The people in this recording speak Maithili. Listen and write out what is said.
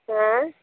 हँय